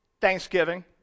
thanksgiving